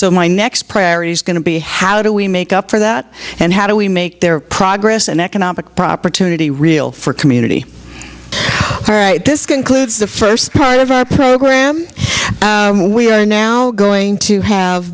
so my next priority is going to be how do we make up for that and how do we make their progress and economic property real for community all right this concludes the first part of our program we are now going to have